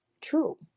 true